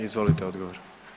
Izvolite odgovor.